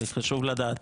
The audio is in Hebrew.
זה חשוב לדעת.